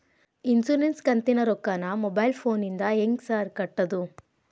Insurance ಕಂತಿನ ರೊಕ್ಕನಾ mobile ಫೋನಿಂದ ಹೆಂಗ್ ಸಾರ್ ಕಟ್ಟದು?